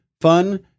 fun